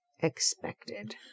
expected